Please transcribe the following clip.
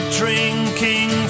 drinking